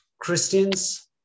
Christians